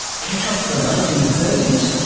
catch up with the nineteen thirty s?